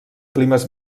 climes